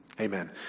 Amen